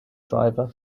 driver